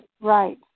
Right